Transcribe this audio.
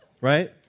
Right